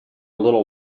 little